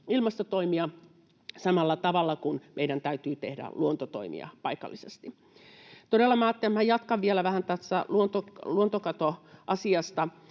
ilmastotoimia samalla tavalla kuin meidän täytyy tehdä luontotoimia paikallisesti. Todella minä ajattelin,